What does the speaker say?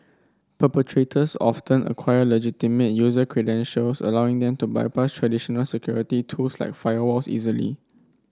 perpetrators often acquire legitimate user credentials allowing them to bypass traditional security tools like firewalls easily